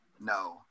No